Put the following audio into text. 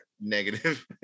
negative